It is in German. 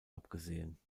abgesehen